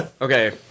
Okay